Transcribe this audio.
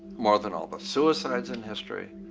more than all the suicides in history.